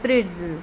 pretzel